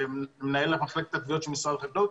מנהל מחלקת התביעות של משרד החקלאות,